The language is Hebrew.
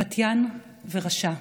פתיין ורשע.